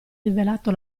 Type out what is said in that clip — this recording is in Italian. rivelato